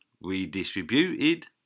redistributed